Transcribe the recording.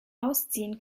ausziehen